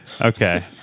Okay